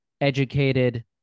educated